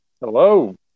Hello